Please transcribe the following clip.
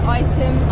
item